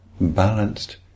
balanced